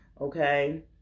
Okay